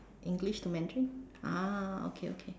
English to Mandarin ah okay okay